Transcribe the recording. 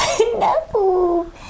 No